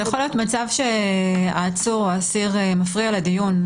יכול להיות מצב שהעצור או האסיר מפריע לדיון.